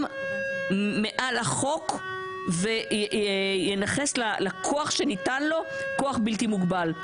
מעל החוק וינכס לכוח שניתן לו כוח בלתי מוגבל.